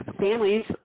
families